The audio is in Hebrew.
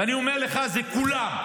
אני אומר לך, זה כולם.